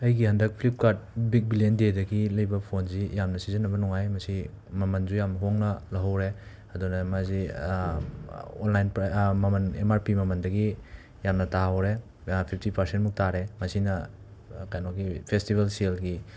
ꯑꯩꯒꯤ ꯍꯟꯗꯛ Flipkart big billion ꯗꯦꯗꯒꯤ ꯂꯩꯕ ꯐꯣꯟꯁꯤ ꯌꯥꯝꯅ ꯁꯤꯖꯤꯟꯅꯕ ꯅꯨꯡꯉꯥꯏ ꯃꯁꯤ ꯃꯃꯜꯁꯨ ꯌꯥꯝꯅ ꯍꯣꯡꯅ ꯂꯧꯍꯧꯔꯦ ꯑꯗꯨꯅ ꯃꯁꯦ ꯑꯣꯟꯂꯥꯏꯟ ꯄ꯭ꯔ ꯃꯃꯜ ꯑꯦꯝ ꯑꯥꯔ ꯄꯤ ꯃꯃꯜꯗꯒꯤ ꯌꯥꯝꯅ ꯇꯥꯍꯧꯔꯦ ꯐꯤꯞꯇꯤ ꯄꯔꯁꯦꯟꯃꯨꯛ ꯇꯥꯔꯦ ꯃꯁꯤꯅ ꯀꯦꯅꯣꯒꯤ ꯐꯦꯁꯇꯤꯕꯦꯜ ꯁꯦꯜꯒꯤ